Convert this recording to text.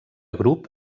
grup